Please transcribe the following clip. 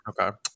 Okay